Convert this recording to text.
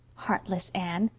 heartless anne!